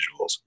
visuals